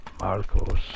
Marcos